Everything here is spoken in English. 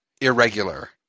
Irregular